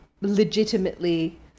legitimately